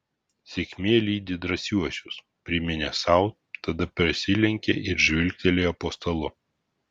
sėkmė lydi drąsiuosius priminė sau tada pasilenkė ir žvilgtelėjo po stalu